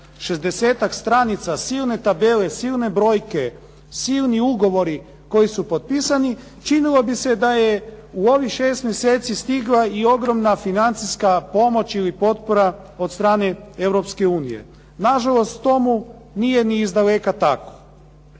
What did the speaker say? od 60-ak stranica, silne tabele, silne brojke, silni ugovori koji su potpisani, činilo bi se da je u ovih 6 mjeseci stigla i ogromna financijska pomoć ili potpora od strane Europske unije. Nažalost, tomu nije ni izdaleka tako.